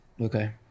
Okay